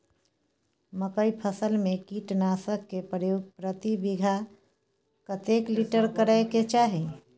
मकई फसल में कीटनासक के प्रयोग प्रति बीघा कतेक लीटर करय के चाही?